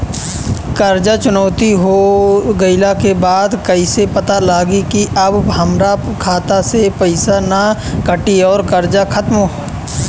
कर्जा चुकौती हो गइला के बाद कइसे पता लागी की अब हमरा खाता से पईसा ना कटी और कर्जा खत्म?